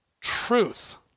truth